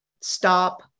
stop